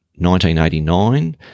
1989